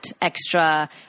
extra